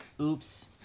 Oops